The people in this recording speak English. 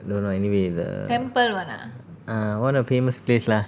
no no anyway the ah one of famous place lah